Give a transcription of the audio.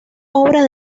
obras